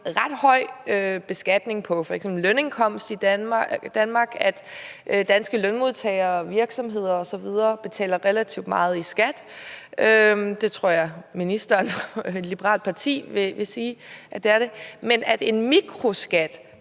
ret høj beskatning på f.eks. lønindkomst i Danmark, at danske lønmodtagere, virksomheder osv. betaler relativt meget – det tror jeg at en minister fra et liberalt parti vil sige at de gør – i skat, men at en mikroskat